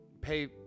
pay